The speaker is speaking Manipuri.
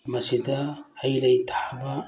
ꯃꯁꯤꯗ ꯍꯩ ꯂꯩ ꯊꯥꯕ